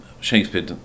Shakespeare